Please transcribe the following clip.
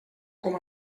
com